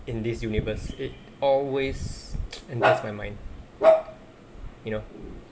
in this universe it always enters in my mind you know